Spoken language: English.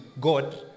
god